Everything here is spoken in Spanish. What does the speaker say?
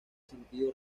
sentido